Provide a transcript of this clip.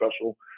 special